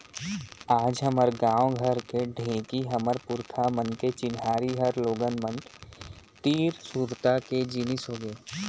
आज हमर गॉंव घर के ढेंकी हमर पुरखा मन के चिन्हारी हर लोगन मन तीर सुरता के जिनिस होगे